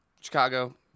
Chicago